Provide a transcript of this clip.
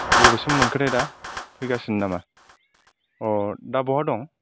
बबेसिम मोनखोथाय दा फैगासिनो नामा अ दा बहा दं